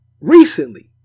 recently